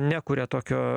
nekuria tokio